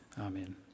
Amen